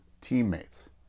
teammates